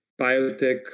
biotech